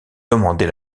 demander